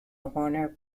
horner